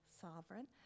sovereign